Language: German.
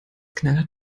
knallhart